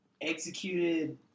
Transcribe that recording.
executed